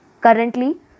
Currently